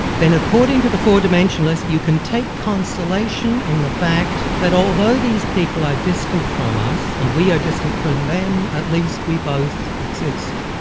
then according to the four dimensionalists, you can take consolation in the fact that although these people are distant from us and we are distant from them, at least we both exist.